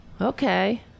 Okay